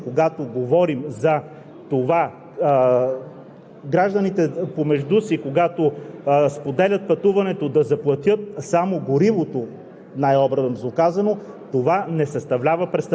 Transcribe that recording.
При това положение текстът става: „когато има заплащане и икономическа облага“. Мисля, че тук е недвусмислено, че когато говорим за това